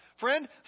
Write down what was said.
friend